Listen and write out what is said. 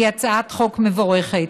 היא הצעת חוק מבורכת.